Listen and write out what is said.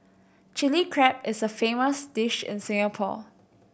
Chilli Crab is a famous dish in Singapore